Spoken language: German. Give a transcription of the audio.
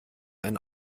ein